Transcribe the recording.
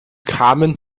carmen